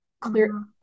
clear